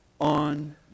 on